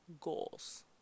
goals